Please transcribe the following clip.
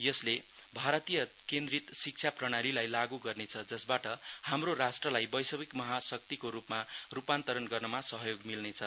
यसले भारतीय केन्द्रित शिक्षा प्रणालीलाई लागू गर्नेछ जसबाट हाम्रो राष्ट्रलाई वैश्विक महाशक्तिको रुपमा रुपान्तरण गर्नमा सहयोग मिल्नेछ